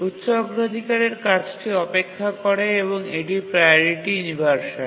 উচ্চ অগ্রাধিকারের কাজটি অপেক্ষা করে এবং এটি প্রাওরিটি ইনভারসান